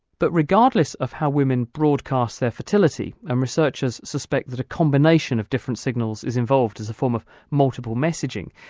but regardless of how women broadcast their fertility, and researchers suspect that a combination of different signals is involved as a form of multiple messaging,